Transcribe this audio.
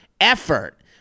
effort